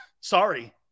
Sorry